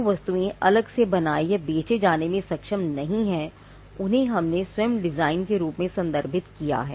जो वस्तुएँ अलग से बनाए या बेचे जाने में सक्षम नहीं हैं उन्हें हमने स्वयं डिज़ाइन के रूप में संदर्भित किया है